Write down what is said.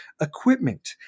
equipment